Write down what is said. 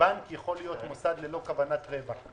שבנק יכול להיות מוסד ללא כוונת רווח.